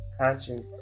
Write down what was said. conscious